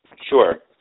Sure